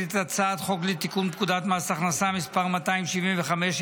את הצעת חוק לתיקון פקודת מס הכנסה (מס' 275),